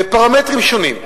בפרמטרים שונים.